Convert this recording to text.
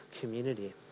community